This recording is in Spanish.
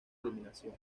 eliminación